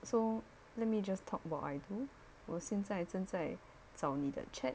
so let me just talk while I do 我现在正在找你的 chat